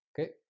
okay